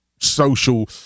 social